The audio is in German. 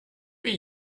wie